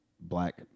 black